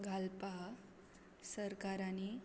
घालपा सरकारांनी